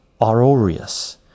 Aurorius